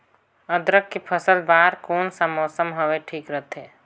अदरक के फसल बार कोन सा मौसम हवे ठीक रथे?